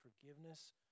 Forgiveness